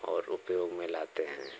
और उपयोग में लाते हैं